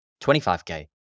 25K